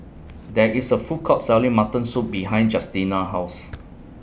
There IS A Food Court Selling Mutton Soup behind Justina's House